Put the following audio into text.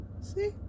see